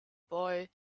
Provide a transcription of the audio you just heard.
boy